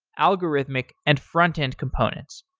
algorithmic, and frontend component.